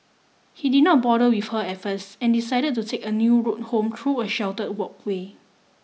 he did not bother with her at first and decided to take a new route home through a sheltered walkway